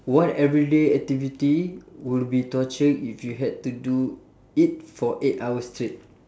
what everyday activity would be torture if you have to do it for eight hours straight